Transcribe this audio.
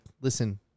listen